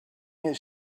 his